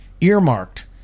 earmarked